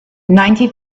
ninety